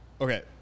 Okay